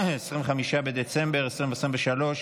25 בדצמבר 2023,